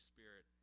Spirit